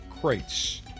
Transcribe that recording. crates